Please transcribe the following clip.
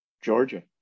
Georgia